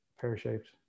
pear-shaped